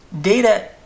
data